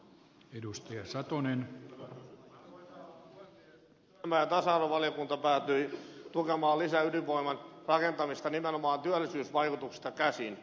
työelämä ja tasa arvovaliokunta päätyi tukemaan lisäydinvoiman rakentamista nimenomaan työllisyysvaikutuksista käsin